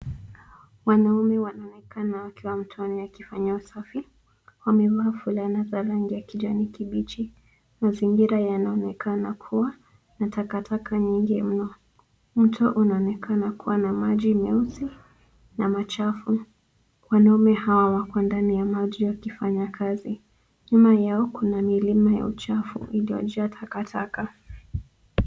Wanaume wanaonekana wakiwa mtoni wakifanya usafi. Wamevaa fulana za rangi ya kijani kibichi. Mazingira yanaonekana kuwa na takataka nyingi mno. Mto unaonekana kuwa na maji meusi na machafu. Wanaume hawa wako ndani ya maji wakifanya kazi. Nyuma yao kuna milima ya uchafu iliyojaa takataka.